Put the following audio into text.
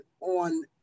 on